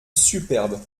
superbe